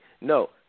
No